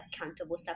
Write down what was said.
accountable